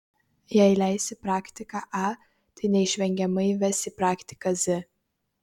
jei leisi praktiką a tai neišvengiamai ves į praktiką z